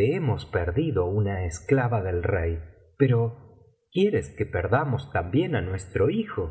realmente hemos perdido una esclava del rey pero quieres que perdamos también á nuestro hijo